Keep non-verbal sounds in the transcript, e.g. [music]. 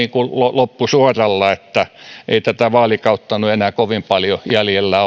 loppusuoralla ei tätä vaalikautta nyt enää kovin paljon jäljellä [unintelligible]